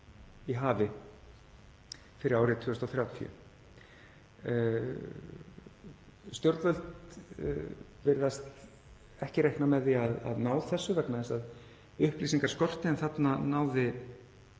í hafi fyrir árið 2030. Stjórnvöld virðast ekki reikna með því að ná þessu vegna þess að upplýsingar skortir en í þessari